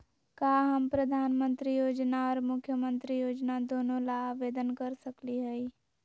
का हम प्रधानमंत्री योजना और मुख्यमंत्री योजना दोनों ला आवेदन कर सकली हई?